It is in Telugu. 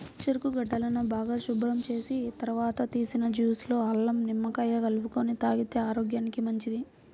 చెరుకు గడలను బాగా శుభ్రం చేసిన తర్వాత తీసిన జ్యూస్ లో అల్లం, నిమ్మకాయ కలుపుకొని తాగితే ఆరోగ్యానికి మంచిది